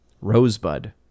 Rosebud